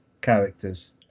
characters